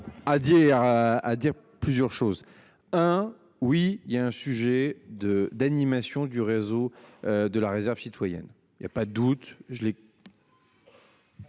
à dire plusieurs choses hein. Oui il y a un sujet de, d'animation du réseau de la réserve citoyenne, il y a pas d'août